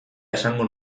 esango